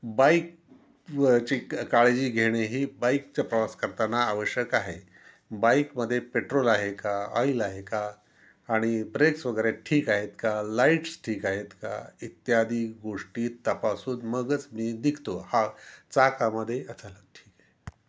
bike व ची काळजी घेणे ही बाईकचा प्रवास करताना आवश्यक आहे बाईकमध्ये पेट्रोल आहे का ऑइल आहे का आणि ब्रेक्स वगैरे ठीक आहेत का लाईट्स ठीक आहेत का इत्यादी गोष्टी तपासून मगच मी निघतो हा चाकामध्ये चला ठीक आहे